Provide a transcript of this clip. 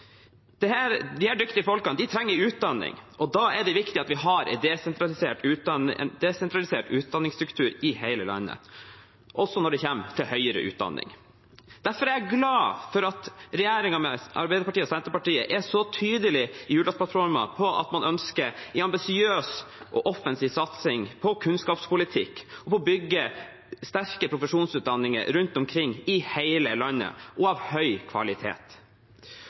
dyktige folkene trenger utdanning, og da er det viktig at vi har en desentralisert utdanningsstruktur i hele landet, også når det gjelder høyere utdanning. Derfor er jeg glad for at regjeringen med Arbeiderpartiet og Senterpartiet i Hurdalsplattformen er så tydelig på at man ønsker en ambisiøs og offensiv satsing på kunnskapspolitikk og på å bygge sterke profesjonsutdanninger av høy kvalitet rundt omkring i hele landet.